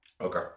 Okay